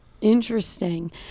Interesting